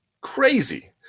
crazy